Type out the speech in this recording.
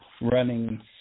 Running